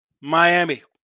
Miami